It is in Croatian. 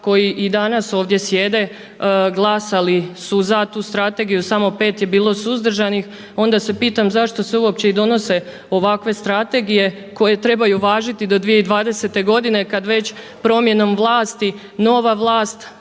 koji i danas ovdje sjede glasali su za tu strategiju. Samo 5 je bilo suzdržanih. Onda se pitam zašto se uopće i donose ovakve strategije koje trebaju važiti do 2020. godine kad već promjenom vlasti nova vlast